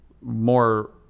more